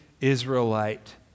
Israelite